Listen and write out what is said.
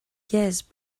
yes